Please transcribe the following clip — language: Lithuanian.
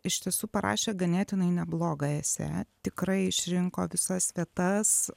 iš tiesų parašė ganėtinai neblogą esė tikrai išrinko visas vietas